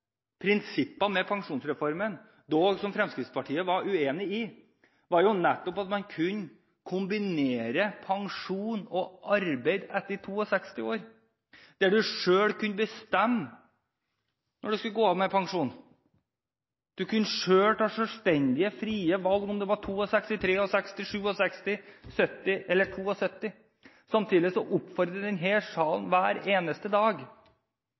prinsippene med pensjonsreformen, som Fremskrittspartiet dog var uenig i, var nettopp at man kunne kombinere pensjon og arbeid etter 62 år, der du selv kunne bestemme når du skulle gå av med pensjon. Du kunne selv ta selvstendige, frie valg om du var 62 år, 63 år, 67 år, 70 år eller 72 år. Samtidig oppfordrer denne salen hver eneste dag: Vi trenger arbeidskraft, og